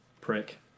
prick